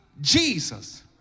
Jesus